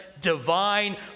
Divine